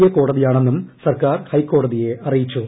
A കോടതിയാണെന്നും സർക്കാർ ഹൈക്കോടതിയെ അറിയിച്ചു